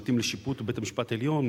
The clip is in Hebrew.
המזרח שמתאים לשיפוט בבית-המשפט העליון.